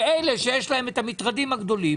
אלה שיש להם את המטרדים הגדולים